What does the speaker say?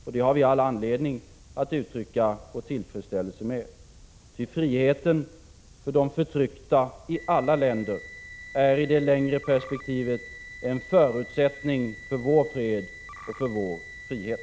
Och det har vi all anledning att uttrycka vår tillfredsställelse över. Ty friheten för de förtryckta i alla länder är i det längre perspektivet en förutsättning också för vår fred och vår frihet.